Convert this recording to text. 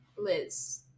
Liz